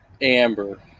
amber